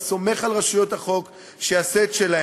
סומך על רשויות החוק שיעשו את שלהן,